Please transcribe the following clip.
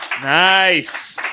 nice